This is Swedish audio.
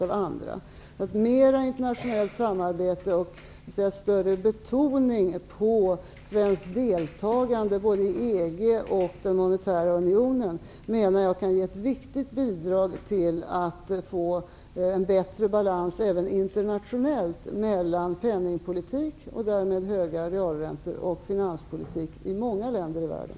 Jag menar att mer internationellt samarbete och större betoning på svenskt deltagande både i EG och i den monetära unionen kan ge ett viktigt bidrag till att få en bättre balans även internationellt mellan penningpolitik -- och därmed höga realräntor -- och finanspolitik i många länder i världen.